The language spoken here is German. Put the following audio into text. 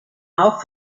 auch